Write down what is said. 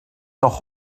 noch